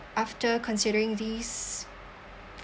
after considering these